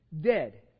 dead